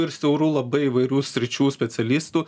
ir siaurų labai įvairių sričių specialistų